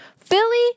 philly